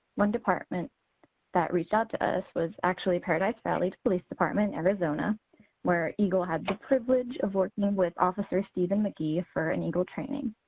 one department that reached out to us was actually paradise valley's police department, arizona where eagle had the privilege of working with officer steven mcghee for an eagle training.